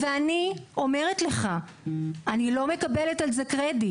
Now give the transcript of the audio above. ואני אומרת לך, אני לא מקבלת על זה קרדיט.